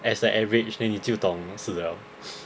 as the average then 你就懂什么事了